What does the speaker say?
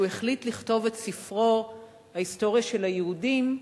החליט לכתוב את ספרו "ההיסטוריה של היהודים"